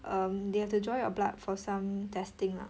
um they have to draw your blood for some testing lah